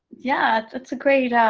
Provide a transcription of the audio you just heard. yeah, that's a great, ah